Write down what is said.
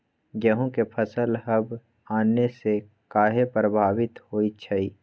गेंहू के फसल हव आने से काहे पभवित होई छई?